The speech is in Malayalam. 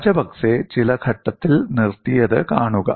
രാജപക്സെ ചില ഘട്ടത്തിൽ നിർത്തിയത് കാണുക